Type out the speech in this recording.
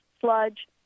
sludge